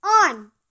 On